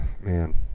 man